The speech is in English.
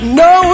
no